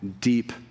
deep